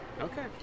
Okay